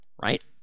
right